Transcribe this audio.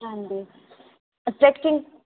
అండీ జెట్కిన్స్